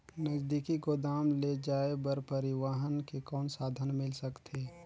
नजदीकी गोदाम ले जाय बर परिवहन के कौन साधन मिल सकथे?